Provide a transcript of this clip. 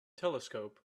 telescope